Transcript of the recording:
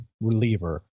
reliever